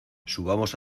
subamos